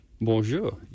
Bonjour